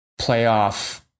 playoff